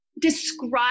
describe